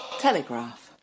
Telegraph